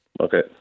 Okay